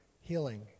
healing